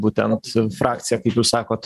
būtent frakcija kaip jūs sakot